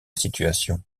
situation